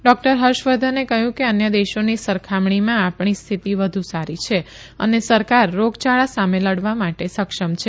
doctor હર્ષવર્ધને કહયું કે અન્ય દેશોની સરખામણીમાં આપણી સ્થિતિ વધુ સારી છે અને સરકાર રોગયાળા સામે લડવા માટે સક્ષમ છે